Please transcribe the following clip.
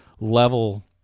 level